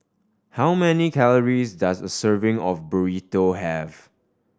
how many calories does a serving of Burrito have